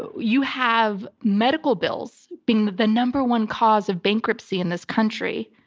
you have medical bills being the number one cause of bankruptcy in this country.